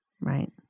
Right